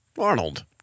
Arnold